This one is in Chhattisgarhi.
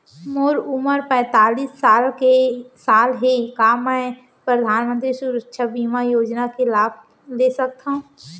मोर उमर पैंतालीस साल हे का मैं परधानमंतरी सुरक्षा बीमा योजना के लाभ ले सकथव?